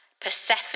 Persephone